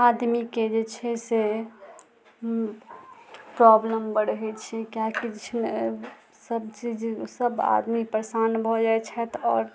आदमीके जे छै से प्रॉब्लम बढ़ै छै किएकि जे छै ने सब चीज सब आदमी परेशान भऽ जाइ छथि आओर